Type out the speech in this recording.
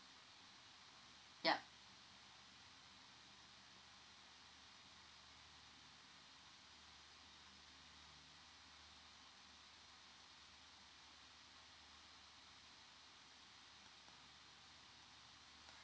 yup